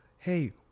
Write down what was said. Hey